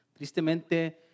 Tristemente